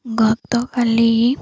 ଗତକାଲି